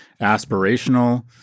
aspirational